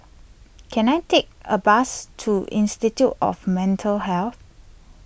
can I take a bus to Institute of Mental Health